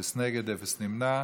אפס נגד ואפס נמנעים.